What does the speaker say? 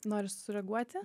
nori sureaguoti